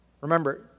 Remember